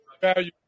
value